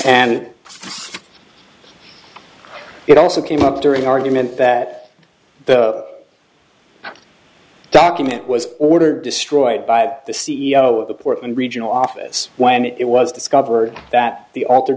and it also came up during an argument that the document was ordered destroyed by the c e o of the portland regional office when it was discovered that the author